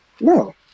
No